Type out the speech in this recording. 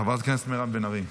חברת הכנסת מירב בן ארי.